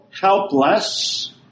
helpless